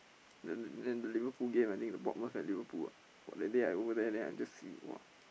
then the then the Liverpool game I think the Bob-Myers at Liverpool ah !wah! that day I over there then I just see !wah!